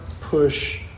push